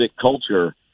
culture